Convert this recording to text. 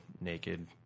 naked